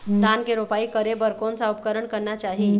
धान के रोपाई करे बर कोन सा उपकरण करना चाही?